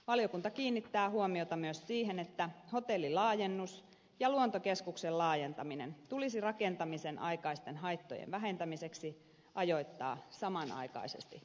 valiokunta kiinnittää huomiota myös siihen että hotellilaajennus ja luontokeskuksen laajentaminen tulisi rakentamisen aikaisten haittojen vähentämiseksi ajoittaa samanaikaisesti tapahtuviksi